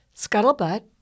Scuttlebutt